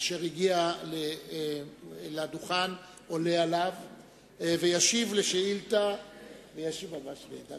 אשר הגיע לדוכן, וישיב על שאילתא מס'